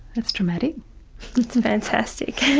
that's dramatic. it's fantastic.